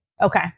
Okay